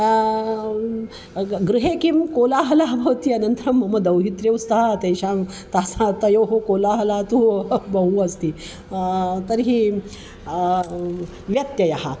गृहे किं कोलाहलः भवति अनन्तरं मम दौहित्र्यौ स्तः तेषां तासां तयोः कोलाहलः तू बहु अस्ति तर्हि व्यत्ययः